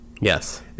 yes